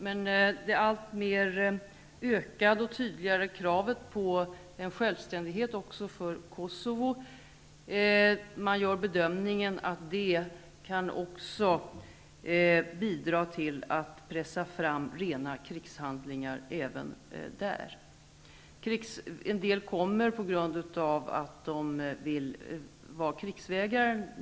Man gör bedömningen att det alltmer ökade och tydliga kravet på självständighet också för Kosovo kan bidra till att pressa fram rena krigshandlingar. En del kommer hit för att de är krigsvägrare.